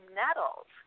nettles